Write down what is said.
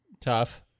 tough